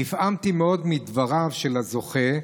נפעמתי מאוד מדבריו של הזוכה.